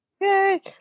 Yay